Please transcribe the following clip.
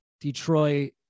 Detroit